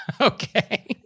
Okay